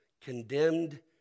condemned